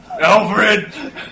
Alfred